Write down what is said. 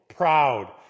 Proud